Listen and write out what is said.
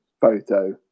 photo